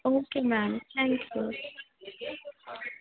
okay ma'am thank you